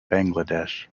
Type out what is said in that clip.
bangladesh